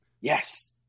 Yes